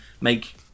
make